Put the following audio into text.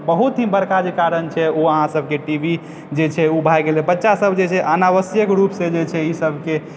बहुत ही बड़का जे कारण छै ओ अहाँ सबके टी वी जे छै ओ भए गेलै बच्चा सब जे छै अनावश्यक रूप से जे छै ई सबके